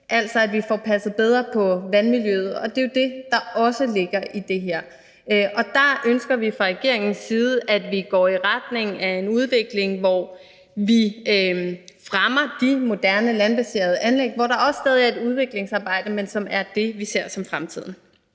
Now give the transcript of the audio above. altså at vi får passet bedre på vandmiljøet. Det er jo det, der også ligger i det her. Og der ønsker vi fra regeringens side, at vi går i retning af en udvikling, hvor vi fremmer de moderne landbaserede anlæg, hvor der også stadig er et udviklingsarbejde, men som er det, vi ser som fremtiden.